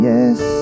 Yes